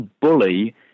bully